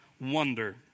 Wonder